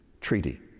treaty